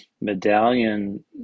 medallion